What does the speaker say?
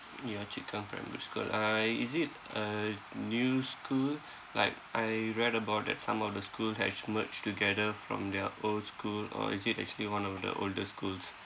yio chu kang primary school uh is it a new school like I read about that some of the school had merged together from their old school or is it actually one of the older schools